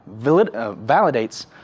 validates